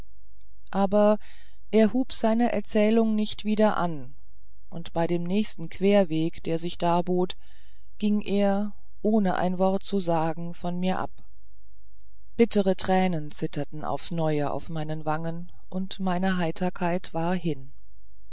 aber er hub seine erzählung nicht wieder an und bei dem nächsten querweg der sich darbot ging er ohne ein wort zu sagen von mir ab bittere tränen zitterten aufs neue auf meinen wangen und meine heiterkeit war hin